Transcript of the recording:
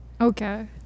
Okay